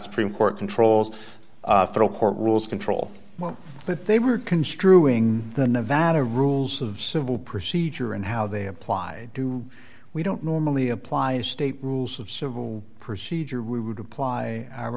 supreme court controls federal court rules control but they were construing the nevada rules of civil procedure and how they apply to we don't normally apply a state rules of civil procedure we would apply our